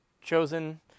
chosen